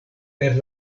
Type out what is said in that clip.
per